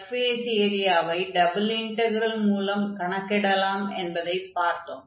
surface ஏரியாவை double integral மூலம் கணக்கிடலாம் என்பதைப் பார்த்தோம்